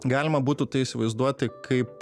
galima būtų tai įsivaizduoti kaip